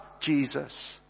Jesus